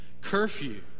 Curfew